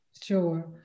Sure